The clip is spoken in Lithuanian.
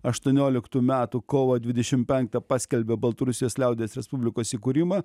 aštuonioliktų metų kovo dvidešim penktą paskelbė baltarusijos liaudies respublikos įkūrimą